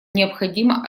необходима